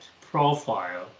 profile